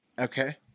Okay